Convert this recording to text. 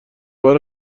برای